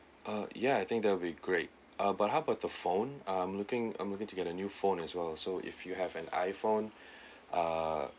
uh yeah I think that'll be great ah but how about the phone I'm looking I'm looking to get a new phone as well so if you have an iPhone uh